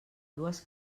dues